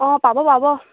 অঁ পাব পাব